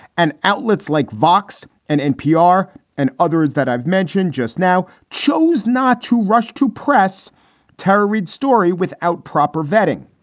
and outlets like vox and npr and others that i've mentioned just now chose not to rush to press tara reid story without proper vetting.